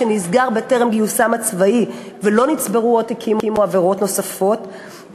נסגר טרם גיוסם לצבא ולא נצברו עוד תיקים ועבירות נוספות,